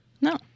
No